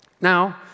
Now